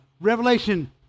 Revelation